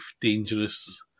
dangerous